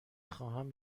خواهم